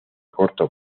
corto